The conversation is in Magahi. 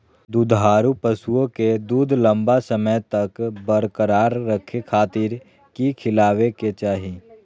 दुधारू पशुओं के दूध लंबा समय तक बरकरार रखे खातिर की खिलावे के चाही?